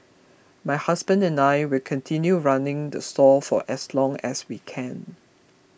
my husband and I will continue running the stall for as long as we can